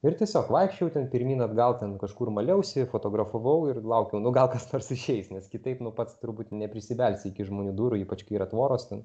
ir tiesiog vaikščiojau ten pirmyn atgal ten kažkur maliausi fotografavau ir laukiau nu gal kas nors išeis nes kitaip nu pats turbūt neprisibelsi iki žmonių durų ypač kai yra tvoros ten